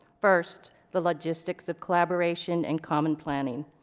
first, the logistics of collaboration and common planning.